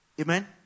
Amen